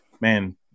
Man